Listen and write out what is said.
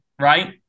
right